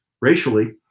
racially